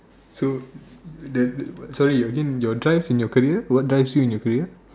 so the so you again your drive in your career what drives you in your career